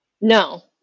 No